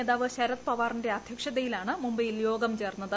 നേതാവ് ശരത് പവാറിന്റെ അധ്യക്ഷതയിലാണ് മുംബൈയിൽ യോഗം ചേർന്നത്